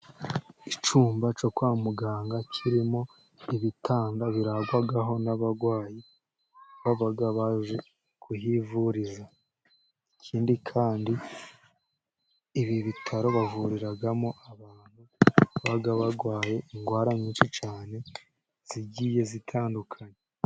Icyumba cyo kwa muganga kirimo ibitanda birarwaho n'abarwayi babaga baje kuhivuriza, ikindi kandi ibi bitaro hahuriramo abantu baba barwaye indwara nyinshi cyane, zigiye zitandukanye.